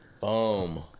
Boom